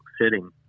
sitting